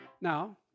Now